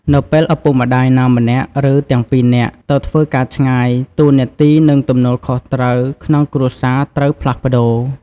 នៅពេលឪពុកម្ដាយណាម្នាក់ ឬទាំងពីរនាក់ទៅធ្វើការឆ្ងាយ តួនាទី និងទំនួលខុសត្រូវក្នុងគ្រួសារត្រូវផ្លាស់ប្តូរ។